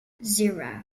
zero